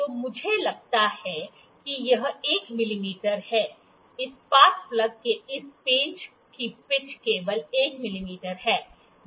तो मुझे लगता है कि यह 1 मिमी है इस स्पार्क प्लग के इस पेंच की पिच केवल 1 मिमी है